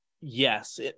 Yes